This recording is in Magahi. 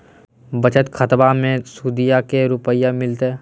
बचत खाताबा मे सुदीया को रूपया मिलते?